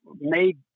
made